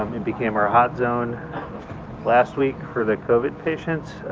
um it became our hot zone last week for the covid patients,